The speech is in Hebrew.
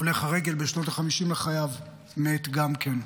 הולך הרגל, בשנות החמישים לחייו, מת גם כן.